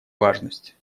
важность